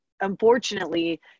unfortunately